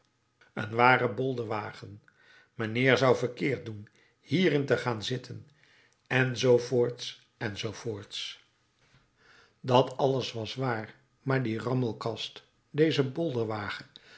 een ware bolderwagen mijnheer zou verkeerd doen hierin te gaan zitten enz enz dat alles was waar maar die rammelkast deze